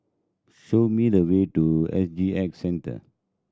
show me the way to S G X Centre